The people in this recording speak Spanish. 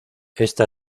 esta